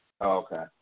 okay